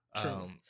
True